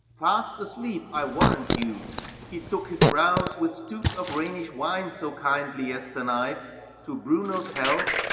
fast asleep, i warrant you he took his rouse with stoops of rhenish wine so kindly yesternight to bruno's health,